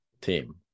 team